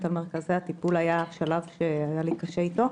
על מרכזי הטיפול היה שלב שהיה לי קשה איתו.